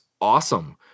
awesome